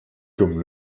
comme